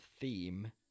theme